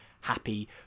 happy